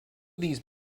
these